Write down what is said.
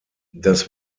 das